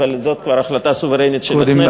אבל זאת כבר החלטה סוברנית של הכנסת.